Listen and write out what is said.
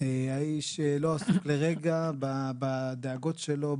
האיש לא עסק לרגע בדאגות שלו,